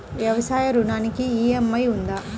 వ్యవసాయ ఋణానికి ఈ.ఎం.ఐ ఉందా?